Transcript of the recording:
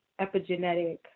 epigenetic